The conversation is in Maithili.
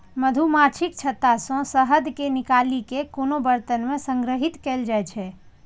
मछुमाछीक छत्ता सं शहद कें निकालि कें कोनो बरतन मे संग्रहीत कैल जाइ छै